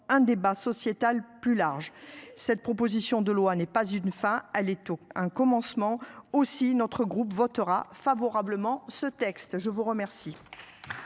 un débat sociétal plus large. Cette proposition de loi n'est pas une fin à l'étau un commencement aussi notre groupe votera favorablement ce texte. Je vous remercie.